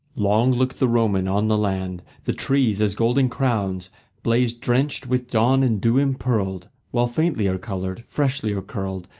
long looked the roman on the land the trees as golden crowns blazed, drenched with dawn and dew-empearled while faintlier coloured, freshlier curled,